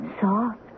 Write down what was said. Soft